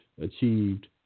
achieved